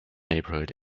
neighborhood